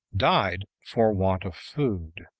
died for want of food.